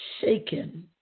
Shaken